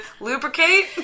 lubricate